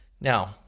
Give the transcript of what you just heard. Now